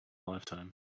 lifetime